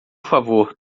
favor